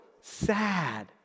sad